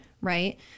right